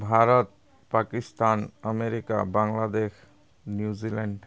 Bharat Pakistan America Bangladesh New Zealand